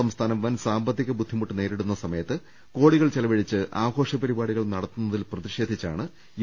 സംസ്ഥാനം വൻ സാമ്പത്തിക ബുദ്ധിമുട്ട് നേരിടുന്ന സമയത്ത് കോടികൾ ചെലവ ഴിച്ച് ആഘോഷപരിപാടികൾ നടത്തുന്നതിൽ പ്രതിഷേധിച്ചാണ് യു